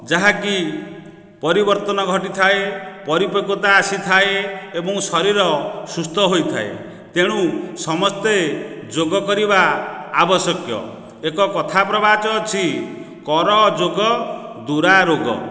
ଯାହାକି ପରିବର୍ତ୍ତନ ଘଟିଥାଏ ପରିପକ୍ୱତା ଆସିଥାଏ ଏବଂ ଶରୀର ସୁସ୍ଥ ହୋଇଥାଏ ତେଣୁ ସମସ୍ତେ ଯୋଗ କରିବା ଆବଶ୍ୟକ ଏକ କଥା ପ୍ରବାଚ ଅଛି କର ଯୋଗ ଦୁରା ରୋଗ